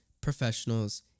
professionals